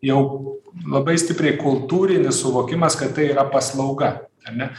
jau labai stipriai kultūrinis suvokimas kad tai yra paslauga ar ne